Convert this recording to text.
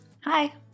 Hi